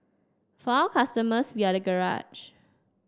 for our customers we are the garage